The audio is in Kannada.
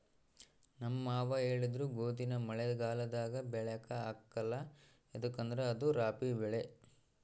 ನಮ್ ಮಾವ ಹೇಳಿದ್ರು ಗೋದಿನ ಮಳೆಗಾಲದಾಗ ಬೆಳ್ಯಾಕ ಆಗ್ಕಲ್ಲ ಯದುಕಂದ್ರ ಅದು ರಾಬಿ ಬೆಳೆ